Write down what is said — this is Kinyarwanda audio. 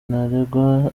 ntarengwa